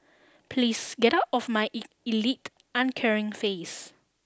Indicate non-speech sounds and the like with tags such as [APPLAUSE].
please get out of my [UNINTELLIGIBLE] elite uncaring face